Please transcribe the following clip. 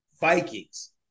Vikings